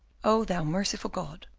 o thou merciful god,